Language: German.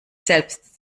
selbst